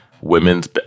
women's